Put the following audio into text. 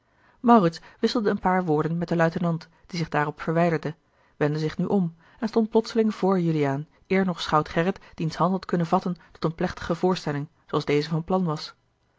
maurits wisselde een paar woorden met den luitenant die zich daarop verwijderde wendde zich nu om en stond plotseling voor juliaan eer nog schout gerrit diens hand had kunnen vatten tot eene plechtige voorstelling zooals deze van plan was